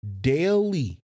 daily